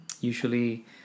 usually